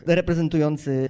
reprezentujący